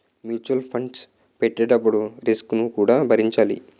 mutual funds పెట్టేటప్పుడు risk ను కూడా భరించాలి